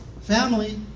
family